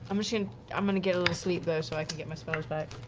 um i mean i'm going to get a little sleep, though, so i can get my spells back.